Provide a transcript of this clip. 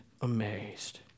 amazed